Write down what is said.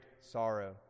sorrow